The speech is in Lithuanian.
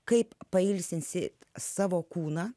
kaip pailsinsite savo kūną